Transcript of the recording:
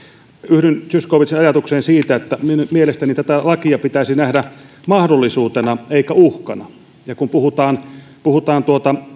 yhdyn zyskowiczin ajatukseen siinä että mielestäni tätä lakia pitäisi nähdä mahdollisuutena eikä uhkana ja kun puhutaan puhutaan